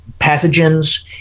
pathogens